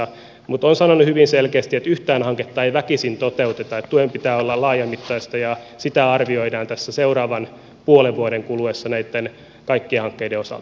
mutta olen sanonut hyvin selkeästi että yhtään hanketta ei väkisin toteuteta että tuen pitää olla laajamittaista ja sitä arvioidaan tässä seuraavan puolen vuoden kuluessa näitten kaikkien hankkeiden osalta